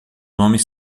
homens